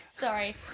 Sorry